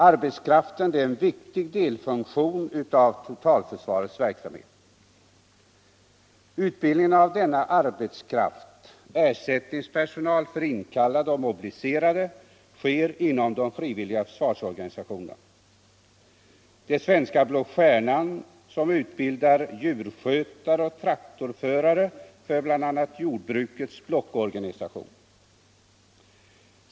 Arbetskraften är en viktig delfunktion av totalförsvarets verksamhet. Utbildningen av denna arbetskraft, ersättningspersonal för inkallade och mobiliserade, sker inom de frivilliga försvarsorganisationerna. Svenska blå stjärnan utbildar djurskötare och traktorförare för bl. a, jordbrukets blockorganisation.